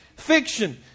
Fiction